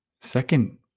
second